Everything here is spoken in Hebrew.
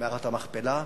במערת המכפלה,